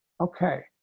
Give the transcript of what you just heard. Okay